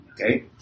Okay